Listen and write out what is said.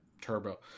Turbo